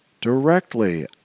directly